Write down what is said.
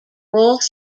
roles